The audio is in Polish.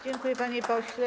Dziękuję, panie pośle.